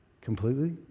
completely